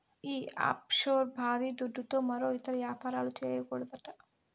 ఈ ఆఫ్షోర్ బారీ దుడ్డుతో మరో ఇతర యాపారాలు, చేయకూడదట